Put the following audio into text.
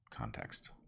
context